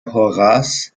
horaz